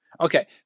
Okay